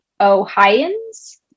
Ohioans